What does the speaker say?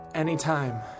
Anytime